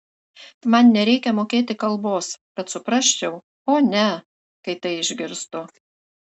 man nereikia mokėti kalbos kad suprasčiau o ne kai tai išgirstu